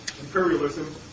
imperialism